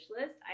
list